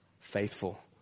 faithful